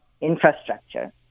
infrastructure